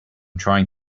trying